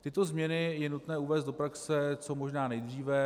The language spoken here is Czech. Tyto změny je nutné uvést do praxe co možná nejdříve.